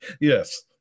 Yes